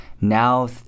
now